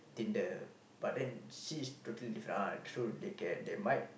Tinder but then she's totally different ah true they can they might